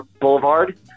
Boulevard